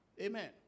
Amen